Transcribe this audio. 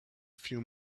few